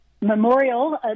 Memorial